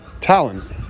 talent